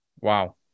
Wow